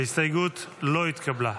ההסתייגות לא נתקבלה.